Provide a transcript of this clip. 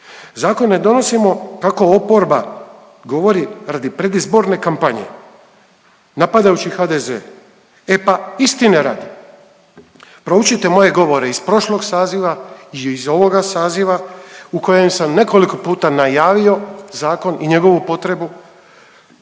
Zakon ne donosimo kako oporba govori radi predizborne kampanje, napadajući HDZ. E pa istine radi, proučite moje govore iz prošlog saziva i iz ovoga saziva, u kojem sam nekoliko puta najavio zakon i njegovu potrebu.